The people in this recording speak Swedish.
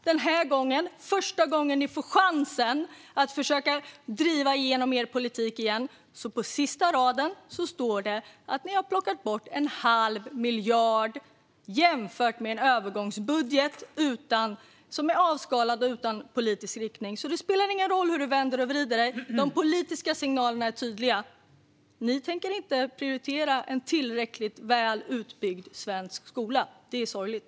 Den här gången - första gången ni åter får chansen att driva igenom er politik - står det på sista raden att ni har plockat bort en halv miljard, om man jämför med en avskalad övergångsbudget utan politisk riktning. Det spelar ingen roll hur du vänder och vrider på det hela. De politiska signalerna är tydliga. Ni tänker inte prioritera den svenska skolan så att den blir tillräckligt väl utbyggd. Det är sorgligt.